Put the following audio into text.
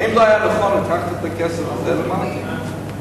האם לא היה נכון לקחת את הכסף הזה למען זה?